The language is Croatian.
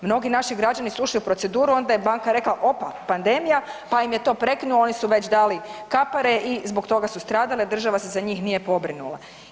Mnogi naši građani su ušli u proceduru onda je banka rekla opa pandemija, pa im je to prekinuo oni su već dali kapare i zbog toga su stradali, država se za njih nije pobrinula.